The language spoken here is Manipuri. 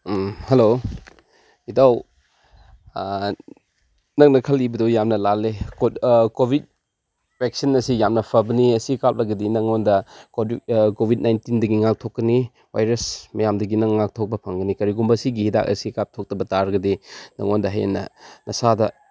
ꯍꯂꯣ ꯏꯇꯥꯎ ꯅꯪꯅ ꯈꯜꯂꯤꯕꯗꯣ ꯌꯥꯝꯅ ꯂꯥꯜꯂꯦ ꯀꯣꯚꯤꯗ ꯚꯦꯛꯁꯤꯟ ꯑꯁꯤ ꯌꯥꯝꯅ ꯐꯕꯅꯤ ꯑꯁꯤ ꯀꯥꯞꯂꯒꯗꯤ ꯅꯉꯣꯟꯗ ꯀꯣꯚꯤꯗ ꯅꯥꯏꯟꯇꯤꯟꯗꯒꯤ ꯉꯥꯛꯊꯣꯛꯀꯅꯤ ꯚꯥꯏꯔꯁ ꯃꯌꯥꯝꯗꯒꯤ ꯅꯪ ꯉꯥꯛꯊꯣꯛꯄ ꯐꯪꯒꯅꯤ ꯀꯔꯤꯒꯨꯝꯕ ꯁꯤꯒꯤ ꯍꯤꯗꯥꯛ ꯑꯁꯤ ꯀꯥꯞꯊꯣꯛꯇꯕ ꯇꯥꯔꯒꯗꯤ ꯅꯉꯣꯟꯗ ꯍꯦꯟꯅ ꯅꯁꯥꯗ